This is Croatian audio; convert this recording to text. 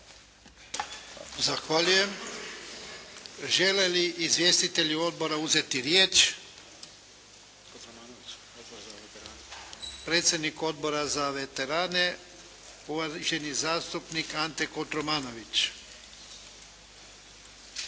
Zahvaljujem. Žele li izvjestitelji odbora uzeti riječ? Predsjednik Odbora za veterane, uvaženi zastupnik Ante Kotromanović.